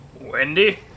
Wendy